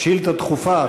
שאילתה דחופה אפילו.